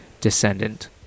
descendant